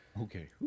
Okay